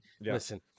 listen